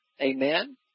Amen